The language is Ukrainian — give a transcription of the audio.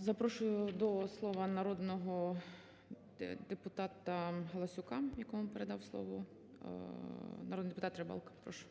Запрошую до слова народного депутата Галасюка, якому передав слово народний депутат Рибалко. Прошу.